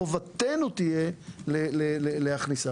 חובתנו תהיה להכניסה.